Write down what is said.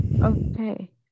okay